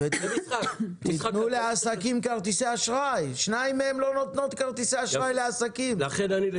אתם שלחתם אותם לכרטיסי אשראי חוץ בנקאיים לא בגלל שהכרטיס עולה כסף